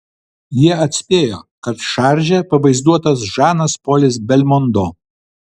jie atspėjo kad šarže pavaizduotas žanas polis belmondo